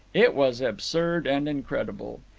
it was absurd and incredible.